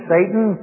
Satan